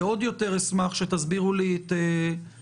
ועוד יותר אשמח שתסבירו לי את הפרופורציות